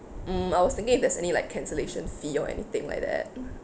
mm I was thinking if there's any like cancellation fee or anything like that mm